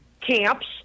camps